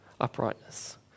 uprightness